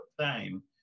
time